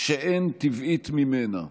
שאין טבעית ממנה.